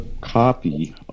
copy